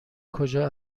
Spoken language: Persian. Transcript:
کجا